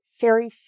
Sherry